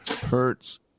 hurts